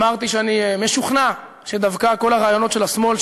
אמרתי שאני משוכנע שדווקא כל הרעיונות של השמאל,